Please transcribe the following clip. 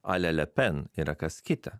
a la le pen yra kas kita